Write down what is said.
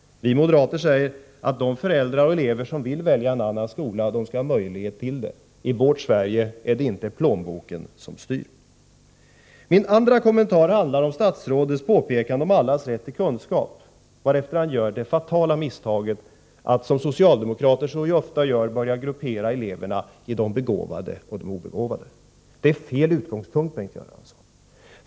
Vi moderater säger att de föräldrar och elever som vill välja en annan skola skall ha möjlighet till det. I vårt Sverige är det inte plånboken som styr. Min andra kommentar handlar om statsrådets påpekande om allas rätt till kunskap. Efter detta påpekande gör han det fatala misstaget, som socialdemokrater ofta gör, att börja gruppera eleverna i begåvade och obegåvade. Det är fel utgångspunkt, Bengt Göransson.